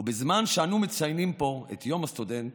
ובזמן שאנו מציינים פה את יום הסטודנט,